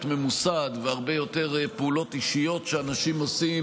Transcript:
ממוסד והרבה יותר של פעולות אישיות שאנשים עושים,